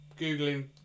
Googling